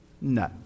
No